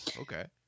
okay